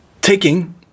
Taking